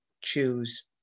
choose